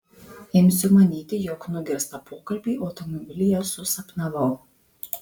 imsiu manyti jog nugirstą pokalbį automobilyje susapnavau